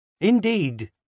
Indeed